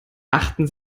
achten